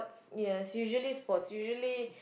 ya usually sports usually